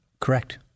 Correct